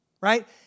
right